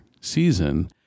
season